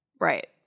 Right